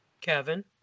kevin